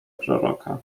proroka